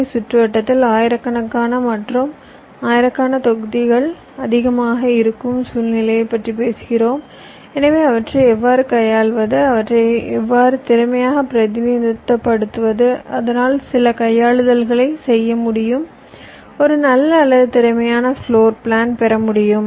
ஐ சுற்றுவட்டத்தில் ஆயிரக்கணக்கான மற்றும் ஆயிரக்கணக்கான தொகுதிகள் அதிகமாக இருக்கும் சூழ்நிலையைப் பற்றி பேசுகிறோம் எனவே அவற்றை எவ்வாறு கையாள்வது அவற்றை எவ்வாறு திறமையாக பிரதிநிதித்துவப்படுத்துவது அதனால் சில கையாளுதல்களைச் செய்ய முடியும் ஒரு நல்ல அல்லது திறமையான ஃப்ளோர் பிளான் பெற முடியும்